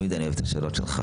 תמיד אני אוהב את השאלות שלך.